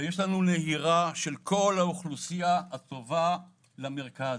ויש לנו נהירה של כל האוכלוסייה הטובה למרכז.